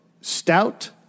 stout